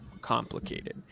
complicated